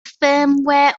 firmware